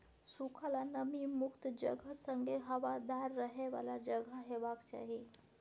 सुखल आ नमी मुक्त जगह संगे हबादार रहय बला जगह हेबाक चाही